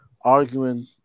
arguing